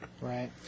Right